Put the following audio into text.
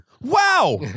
Wow